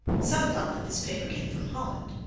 some thought that this paper came from holland.